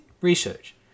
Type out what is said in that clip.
research